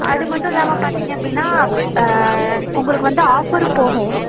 அது மட்டும் இல்லாமல் பார்த்தீங்க அப்படின்னா உங்களுக்கு வந்து ஆஃபரும் போகும்